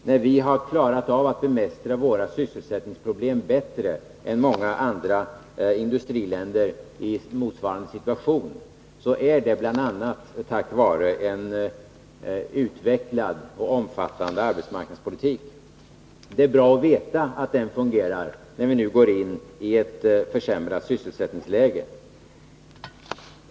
När vi har lyckats bemästra våra sysselsättningsproblem bättre än många andra industriländer i motsvarande situation, så är det bl.a. tack vare en utvecklad och omfattande arbetsmarknadspolitik. Det är bra att veta att den fungerar när vi nu går in i ett försämrat sysselsättningsläge.